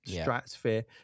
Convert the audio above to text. stratosphere